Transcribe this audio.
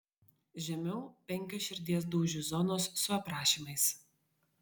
žemiau penkios širdies dūžių zonos su aprašymais